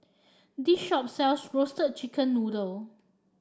this shop sells Roasted Chicken Noodle